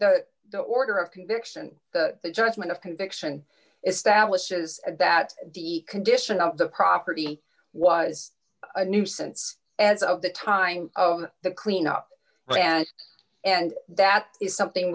r the order of conviction the judgment of conviction establishes and that the condition of the property was a nuisance as of the time of the cleanup and that is something